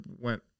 went